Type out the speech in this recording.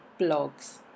blogs